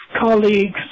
colleagues